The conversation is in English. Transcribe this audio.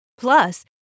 Plus